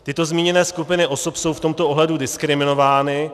Tyto zmíněné skupiny osob jsou v tomto ohledu diskriminovány.